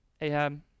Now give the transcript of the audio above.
Ahab